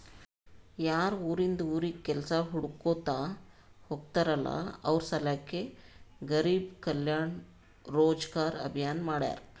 ಯಾರು ಉರಿಂದ್ ಉರಿಗ್ ಕೆಲ್ಸಾ ಹುಡ್ಕೋತಾ ಹೋಗ್ತಾರಲ್ಲ ಅವ್ರ ಸಲ್ಯಾಕೆ ಗರಿಬ್ ಕಲ್ಯಾಣ ರೋಜಗಾರ್ ಅಭಿಯಾನ್ ಮಾಡ್ಯಾರ್